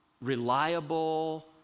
reliable